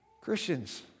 Christians